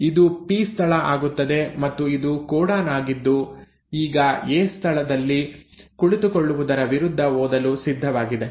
ಇದು ಪಿ ಸ್ಥಳ ಆಗುತ್ತದೆ ಮತ್ತು ಇದು ಕೋಡಾನ್ ಆಗಿದ್ದು ಈಗ ಎ ಸ್ಥಳನಲ್ಲಿ ಕುಳಿತುಕೊಳ್ಳುವುದರ ವಿರುದ್ಧ ಓದಲು ಸಿದ್ಧವಾಗಿದೆ